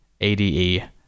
ADE